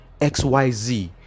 xyz